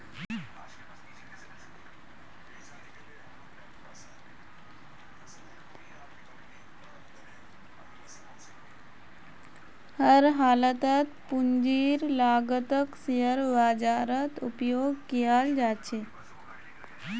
हर हालतत पूंजीर लागतक शेयर बाजारत उपयोग कियाल जा छे